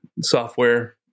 software